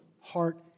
heart